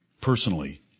personally